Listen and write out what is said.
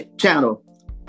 channel